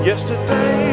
Yesterday